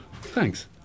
thanks